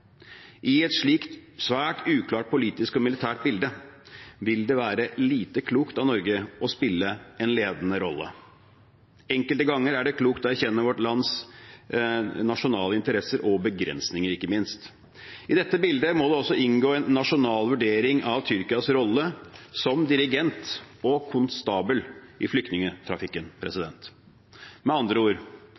I et slikt svært uklart politisk og militært bilde vil det være lite klokt av Norge å spille en ledende rolle. Enkelte ganger er det klokt å erkjenne vårt lands nasjonale interesser og begrensninger, ikke minst. I dette bildet må det også inngå en nasjonal vurdering av Tyrkias rolle som dirigent og konstabel i flyktningtrafikken. Med andre ord: